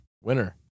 Winner